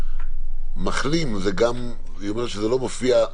מחלים, היא אומרת שזה לא מופיע.